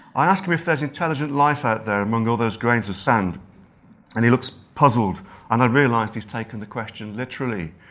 i ask him if there's intelligent life out there among all those grains of sand and he looks puzzled and i realise he's taken the question literally,